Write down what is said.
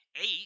eight